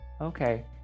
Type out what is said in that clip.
Okay